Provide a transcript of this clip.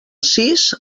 cis